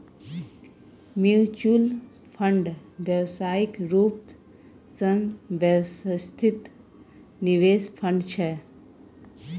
mutual fund व्यावसायिक रूप सँ व्यवस्थित निवेश फंड छै